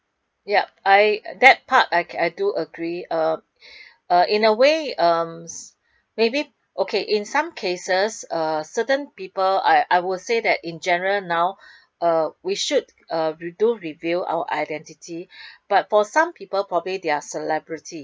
yup I that part I I do agree uh uh in a way um maybe okay in some cases uh certain people I would say that in general now uh we should uh do reveal our identity but for some people probably they are celebrity